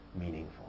meaningful